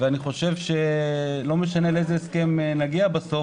ואני חושב שלא משנה לאיזה הסכם נגיע בסוף,